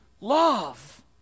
love